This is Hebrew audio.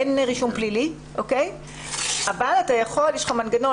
אין רישום פלילי אבל יש לך מגנון